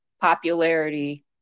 popularity